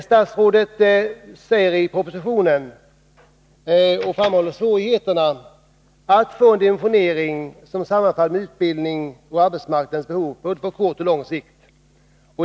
Statsrådet skriver i propositionen om svårigheterna att få en dimensionering som sammanfaller med utbildningens och arbetsmarknadens behov på både kort och lång sikt.